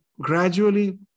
gradually